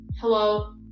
hello